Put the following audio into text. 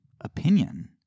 opinion